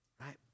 right